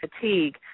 fatigue